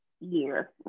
year